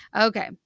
Okay